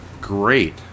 great